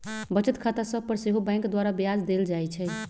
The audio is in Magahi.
बचत खता सभ पर सेहो बैंक द्वारा ब्याज देल जाइ छइ